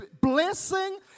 blessing